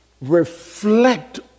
reflect